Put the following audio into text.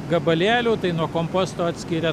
gabalėlių nuo komposto atskiria